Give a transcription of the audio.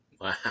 Wow